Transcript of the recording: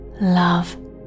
love